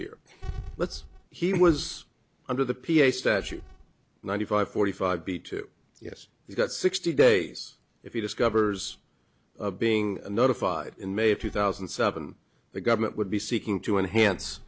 here let's he was under the p a statute ninety five forty five b two yes he got sixty days if he discovers of being notified in may of two thousand and seven the government would be seeking to enhance